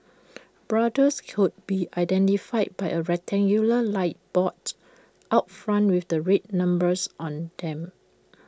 brothels could be identified by A rectangular light box out front with the red numbers on them